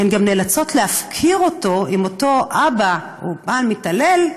הן גם נאלצות להפקיר אותו עם אותו אבא או בעל מתעלל,